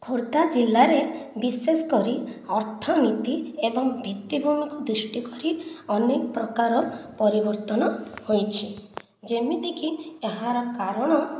ଖୋର୍ଦ୍ଧା ଜିଲ୍ଲାରେ ବିଶେଷ କରି ଅର୍ଥନୀତି ଏବଂ ଭିତ୍ତିଭୂମିକୁ ଦୃଷ୍ଟି କରି ଅନେକ ପ୍ରକାର ପରିବର୍ତ୍ତନ ହୋଇଛି ଯେମିତିକି ଏହାର କାରଣ